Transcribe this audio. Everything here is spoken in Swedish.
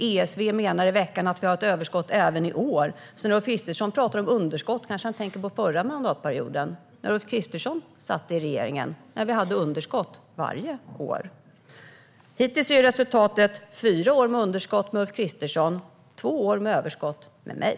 ESV menar i veckan att vi har ett överskott även i år, så när Ulf Kristersson pratar om underskott kanske han tänker på den förra mandatperioden, när han satt i regeringen och vi hade underskott varje år. Hittills är resultatet fyra år med underskott med Ulf Kristersson och två år med överskott med mig.